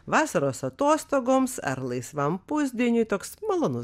vasaros atostogoms ar laisvam pusdieniui toks malonus